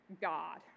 God